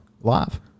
live